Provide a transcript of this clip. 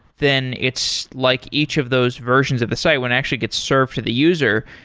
then it's like each of those versions of the site, when actually get served to the user,